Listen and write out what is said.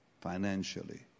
financially